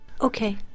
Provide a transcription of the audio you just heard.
Okay